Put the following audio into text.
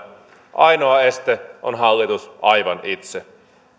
ainoa este on hallitus aivan itse tämä